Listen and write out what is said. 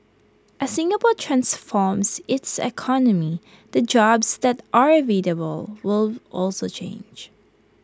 as Singapore transforms its economy the jobs that are available will also change